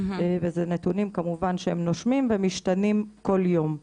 ואלה נתונים שהם כמובן נושמים ומשתנים כל יום.